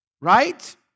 Right